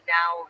now